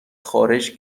خارش